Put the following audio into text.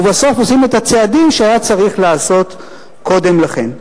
ובסוף עושים את הצעדים שהיה צריך לעשות קודם לכן.